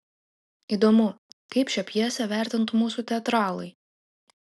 įdomu kaip šią pjesę vertintų mūsų teatralai